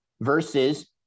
Versus